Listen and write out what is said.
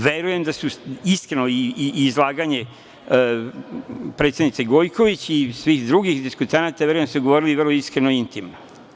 Verujem da i izlaganje predsednice Gojković i svih drugih diskutanata, verujem da su govorili vrlo iskreno i intimno.